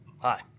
Hi